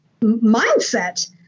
mindset